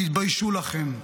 תתביישו לכם.